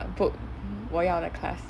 book 我要的 class